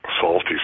Salty